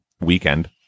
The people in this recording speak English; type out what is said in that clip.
weekend